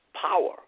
power